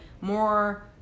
more